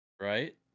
right